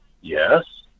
Yes